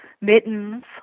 mittens